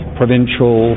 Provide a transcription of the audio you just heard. provincial